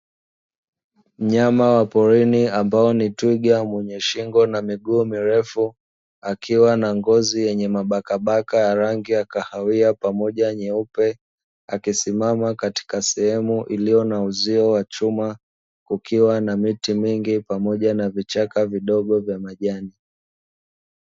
Mnyama wa porini ambae ni twiga mwenye shingo na miguu mirefu akiwa na ngozi yenye mabakabaka ya rangi ya kahawia pamoja na nyeupe, akisimama katika sehemu iliyo na uzio wa chuma kukiwa na miti mingi pamoja na vichaka vidogo vya majani.